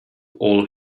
all